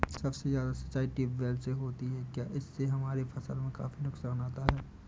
सबसे ज्यादा सिंचाई ट्यूबवेल से होती है क्या इससे हमारे फसल में काफी नुकसान आता है?